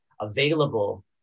available